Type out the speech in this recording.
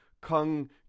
Kung